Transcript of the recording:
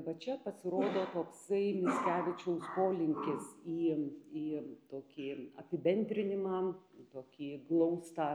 va čia pasirodo tokslai mickevičiaus polinkis į į tokį apibendrinimą tokį glaustą